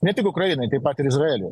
ne tik ukrainai taip pat ir izraeliui